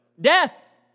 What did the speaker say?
Death